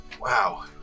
Wow